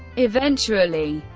eventually,